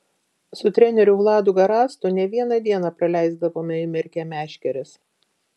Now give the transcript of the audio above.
su treneriu vladu garastu ne vieną dieną praleisdavome įmerkę meškeres